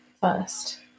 first